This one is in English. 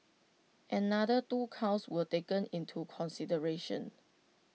another two counts were taken into consideration